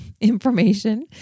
information